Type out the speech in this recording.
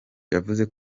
yavuze